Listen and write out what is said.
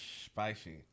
spicy